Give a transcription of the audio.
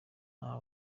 nta